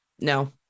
No